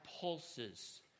pulses